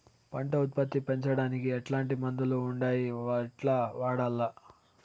పంట ఉత్పత్తి పెంచడానికి ఎట్లాంటి మందులు ఉండాయి ఎట్లా వాడల్ల?